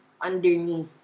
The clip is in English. underneath